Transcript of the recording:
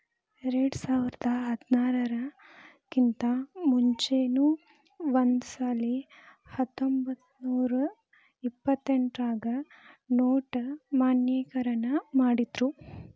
ಎರ್ಡ್ಸಾವರ್ದಾ ಹದ್ನಾರರ್ ಕಿಂತಾ ಮುಂಚೆನೂ ಒಂದಸಲೆ ಹತ್ತೊಂಬತ್ನೂರಾ ಎಪ್ಪತ್ತೆಂಟ್ರಾಗ ನೊಟ್ ಅಮಾನ್ಯೇಕರಣ ಮಾಡಿದ್ರು